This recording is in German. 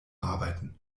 arbeiten